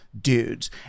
dudes